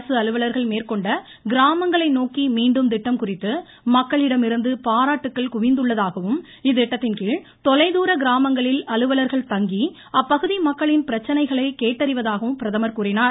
அரசு அலுவலர்கள் மேற்கொண்ட கிராமங்களை நோக்கி மீண்டும் திட்டம் குறித்து மக்களிடமிருந்து பாராட்டுக்கள் குவிந்துள்ளதாகவும் இத்திட்டத்தின்கீழ் தொலை தூர கிராமங்களில் அலுவலர்கள் தங்கி அப்பகுதி மக்களின் பிரச்சனைகளை கேட்டறிவதாகவும் பிரதமர் கூறினார்